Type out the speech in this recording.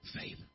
faith